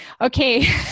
okay